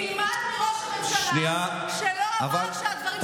תלמד מראש הממשלה שלא אמר שהדברים שלי שקר.